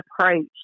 approach